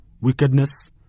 Wickedness